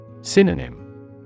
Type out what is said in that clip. Synonym